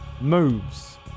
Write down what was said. moves